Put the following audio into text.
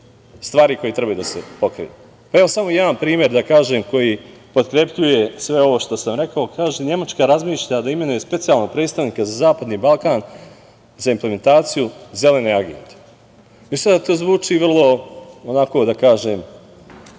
stvari koje trebaju da se pokrenu. Evo, samo jedan primer da kažem, koji potkrepljuje sve ovo što sam rekao. Kaže – Nemačka razmišlja da imenuje specijalnog predstavnika za Zapadni Balkan za implementaciju zelene agende. To zvuči vrlo imaginarno,